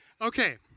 okay